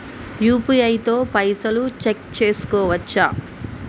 UPI తో పైసల్ check చేసుకోవచ్చా?